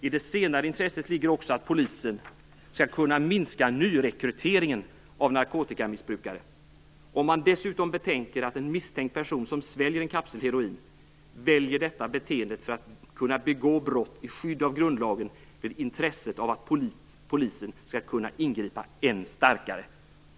I det senare intresset ligger också att polisen skall kunna minska nyrekryteringen av narkotikamissbrukare. Om man dessutom betänker att en misstänkt person som sväljer en kapsel heroin väljer detta beteende för att kunna begå brott i skydd av grundlagen blir intresset av att polisen skall kunna ingripa än starkare."